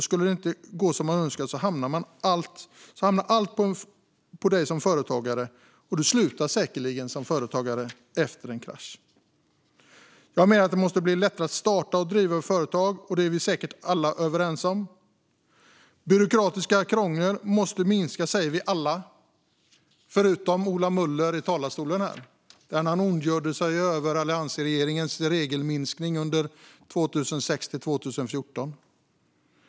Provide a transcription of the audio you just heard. Skulle det inte gå som du önskar hamnar allt på dig som företagare, och du slutar säkerligen som företagare efter en krasch. Jag menar att det måste bli lättare att starta och driva företag. Det är vi säkert alla överens om. Byråkratiskt krångel måste minska, säger vi alla - utom Ola Möller, som i talarstolen ondgjorde sig över alliansregeringens regelminskning under 2006-2014.